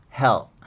help